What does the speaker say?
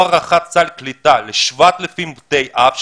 או הארכת סל קליטה ל-7,000 בתי אב,